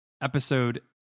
episode